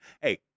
Hey